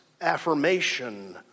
affirmation